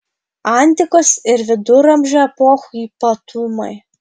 antikos ir viduramžių epochų ypatumai